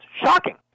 shocking